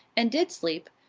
and did sleep,